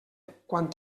quan